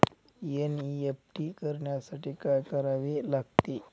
NEFT करण्यासाठी काय करावे लागते?